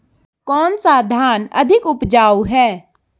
कौन सा धान अधिक उपजाऊ है?